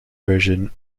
version